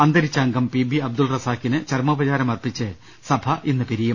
അന്തരിച്ച അംഗം P B Abdul റസാഖിന് ചരമോപചാരം അർപ്പിച്ച് സഭ ഇന്ന് പിരിയും